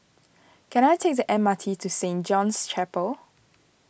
can I take the M R T to Saint John's Chapel